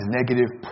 negative